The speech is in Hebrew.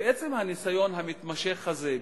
ועצם הניסיון המתמשך הזה,